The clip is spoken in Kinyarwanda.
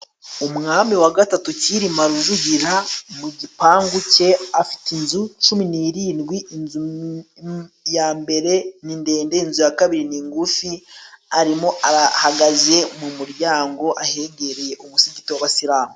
Umwami wa gatatu Cyilima Rujugira, mu gipangu cye afite inzu cumi n'indwi. Inzu ya mbere ni ndende, inzu ya kabiri ni ngufi, arimo ahagaze mu muryango, ahegereye umusigiti w'abasilamu.